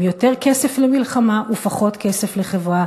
עם יותר כסף למלחמה ופחות כסף לחברה,